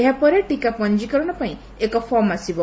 ଏହାପରେ ଟିକା ପଞ୍ଞୀକରଣ ପାଇଁ ଏକ ଫର୍ମ ଆସିବ